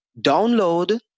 download